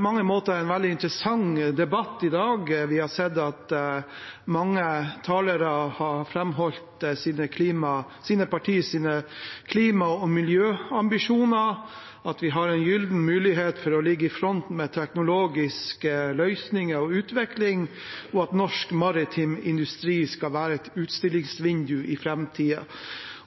mange måter har vært en veldig interessant debatt i dag. Vi har sett at mange talere har framholdt sine partiers klima- og miljøambisjoner, at vi har en gyllen mulighet til å ligge i front med teknologiske løsninger og utvikling, og at norsk maritim industri skal være et utstillingsvindu i framtida.